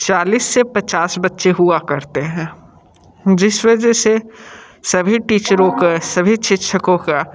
चालीस से पचास बच्चे हुआ करते हैं जिस वजह से सभी टीचरों के सभी शिक्षकों का